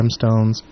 gemstones